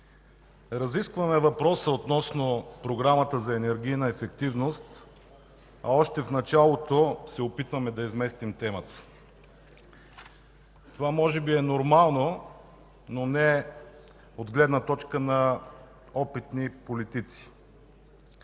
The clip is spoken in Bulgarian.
Разискваме въпроса относно Програмата за енергийна ефективност, а още в началото се опитваме да изместим темата. Това може би е нормално, но не от гледна точка на опитни политици.